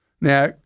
Now